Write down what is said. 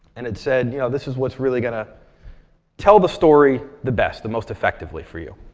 and it said, you know this is what's really going to tell the story the best the most effectively for you.